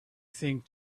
think